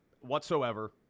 whatsoever